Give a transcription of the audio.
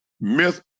Miss